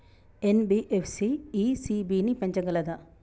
NBFC ECB ని పెంచగలదా?